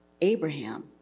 Abraham